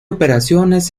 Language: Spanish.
operaciones